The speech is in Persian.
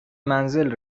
منزل